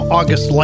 August